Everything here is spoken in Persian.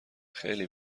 خیلی